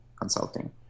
consulting